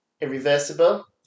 Irreversible